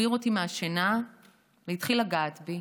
הוא העיר אותי מהשינה והתחיל לגעת בי.